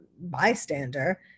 bystander